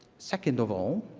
second of all,